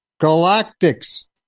Galactics